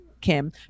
Kim